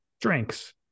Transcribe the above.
drinks